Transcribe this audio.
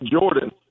Jordan